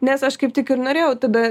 nes aš kaip tik ir norėjau tada